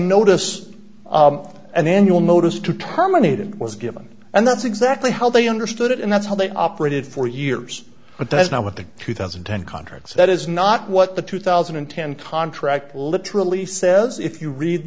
notice and then you'll notice to terminate it was given and that's exactly how they understood it and that's how they operated for years but that's not what the two thousand and ten contracts that is not what the two thousand and ten contract literally says if you read